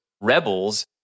rebels